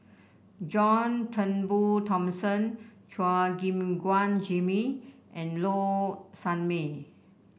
John Turnbull Thomson Chua Gim Guan Jimmy and Low Sanmay